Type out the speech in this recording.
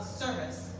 service